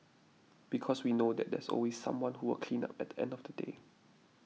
because we know that there's always someone who will clean up at the end of the day